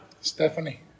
Stephanie